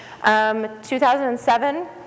2007